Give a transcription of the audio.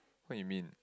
what you mean